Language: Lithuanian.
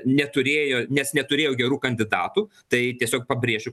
neturėjo nes neturėjo gerų kandidatų tai tiesiog pabrėšiu